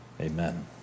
Amen